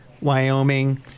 Wyoming